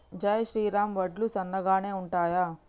జై శ్రీరామ్ వడ్లు సన్నగనె ఉంటయా?